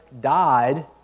died